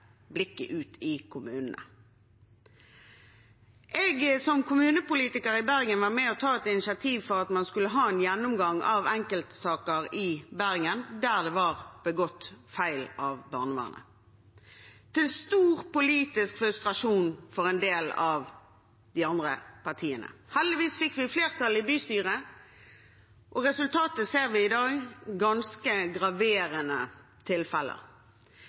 blikket ut i kommunene. Jeg var som kommunepolitiker i Bergen med på å ta initiativ til at man skulle ha en gjennomgang av enkeltsaker i Bergen, der det var begått feil av barnevernet – til stor politisk frustrasjon for en del av de andre partiene. Heldigvis fikk vi flertall i bystyret, og resultatet ser vi i dag: ganske graverende tilfeller.